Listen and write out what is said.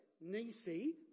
Nisi